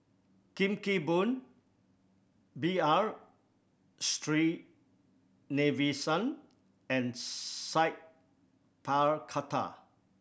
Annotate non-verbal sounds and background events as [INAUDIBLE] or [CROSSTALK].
Kim Kee Boon B R [UNINTELLIGIBLE] and Sat Pal Khattar